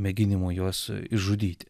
mėginimų juos išžudyti